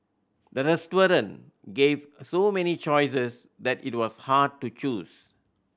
the restaurant gave so many choices that it was hard to choose